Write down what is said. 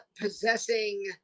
possessing